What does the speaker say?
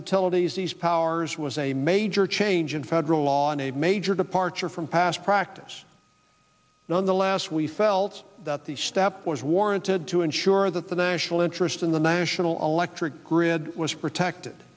utilities these powers was a major change in federal law and a major departure from past practice nonetheless we felt that the step was warranted to ensure that the national interest in the national electric grid was protected